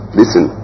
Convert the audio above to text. listen